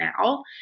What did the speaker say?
now